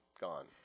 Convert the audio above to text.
Gone